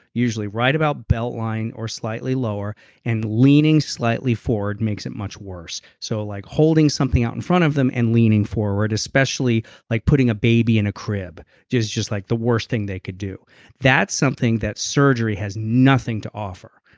usually right about belt line or slightly lower and leaning slightly forward makes it much worse so like holding something out in front of them and leaning forward especially like putting a baby in a crib. that's just like the worst thing they could, that's something that surgery has nothing to offer.